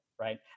right